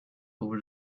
over